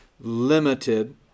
limited